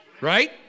right